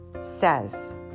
says